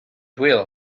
will